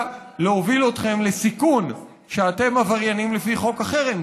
להוביל אתכם לסיכון שאתם עבריינים לפי חוק החרם,